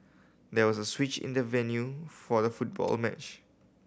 there was a switch in the venue for the football match